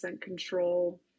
control